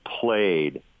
played